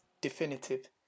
definitive